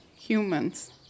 humans